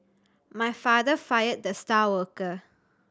my father fired the star worker